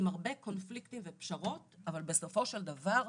עם הרבה קונפליקטים ופשרות, אבל בסופו של דבר,